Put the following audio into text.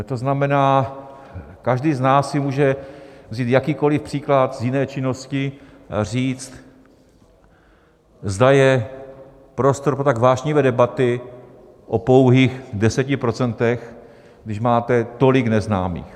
To znamená, každý z nás si může vzít jakýkoli příklad z jiné činnosti, říct, zda je prostor pro tak vášnivé debaty o pouhých 10 %, když máte tolik neznámých.